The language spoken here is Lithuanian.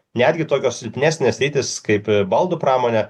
netgi tokios silpnesnės sritys kaip baldų pramonė